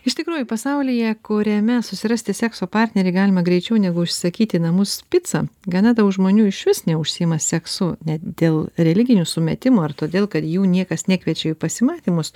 iš tikrųjų pasaulyje kuriame susirasti sekso partnerį galima greičiau negu užsisakyti į namus picą gana daug žmonių išvis neužsiima seksu ne dėl religinių sumetimų ar todėl kad jų niekas nekviečia į pasimatymus